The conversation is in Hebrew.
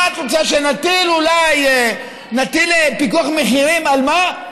מה את רוצה, שנטיל אולי פיקוח מחירים, על מה?